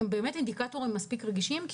הם באמת אינדיקטורים מספיק רגישים.